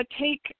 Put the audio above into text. take –